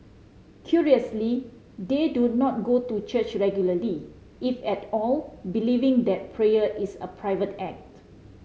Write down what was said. curiously they do not go to church regularly if at all believing that prayer is a private act